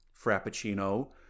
Frappuccino